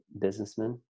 businessman